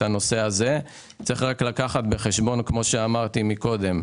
צריך רק לקחת בחשבון, כמו שאמרתי מקודם,